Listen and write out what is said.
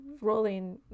rolling